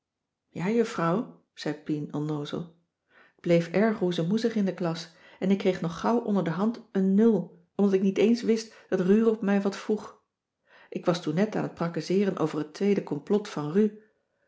ja juffrouw zei pien onnoozel t bleef erg roezemoezig in de klas en ik kreeg nog gauw onder de hand een nul omdat ik niet eens wist dat rurop mij wat vroeg ik was toen net aan t prakkezeeren over het tweede complot van ru